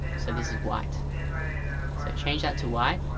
so this is white and so change that to white